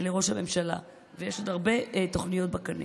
לראש הממשלה, ויש עוד הרבה תוכניות בקנה.